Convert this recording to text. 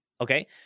Okay